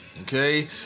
Okay